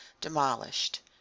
demolished